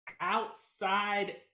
outside